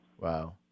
Wow